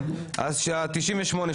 אז ה-98,